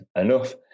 enough